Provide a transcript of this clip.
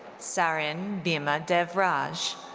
sarin bhima devraj.